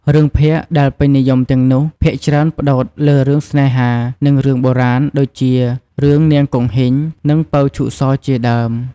រឿងភាគដែលពេញនិយមទាំងនោះ ភាគច្រើនផ្ដោតលើរឿងស្នេហា និងរឿងបុរាណ ដូចជារឿង 'នាងគង្ហីង' និង 'ពៅឈូកស' ជាដើម។